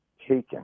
taken